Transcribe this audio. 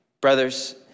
Brothers